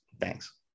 Thanks